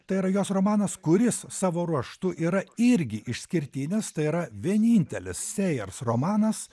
tai yra jos romanas kuris savo ruožtu yra irgi išskirtinis tai yra vienintelis sėjers romanas